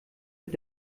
mit